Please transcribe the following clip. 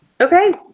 Okay